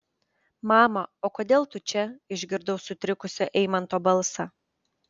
mama o kodėl tu čia išgirdau sutrikusio eimanto balsą